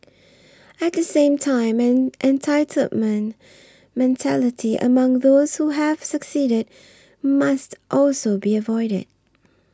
at the same time an entitlement mentality among those who have succeeded must also be avoided